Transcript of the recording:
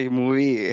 movie